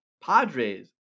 Padres